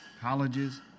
colleges